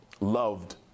loved